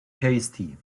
tasty